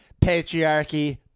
Patriarchy